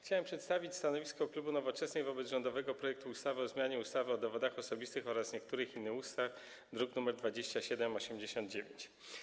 Chciałbym przedstawić stanowisko klubu Nowoczesnej wobec rządowego projektu ustawy o zmianie ustawy o dowodach osobistych oraz niektórych innych ustaw, druk nr 2789.